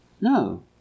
no